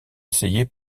essayer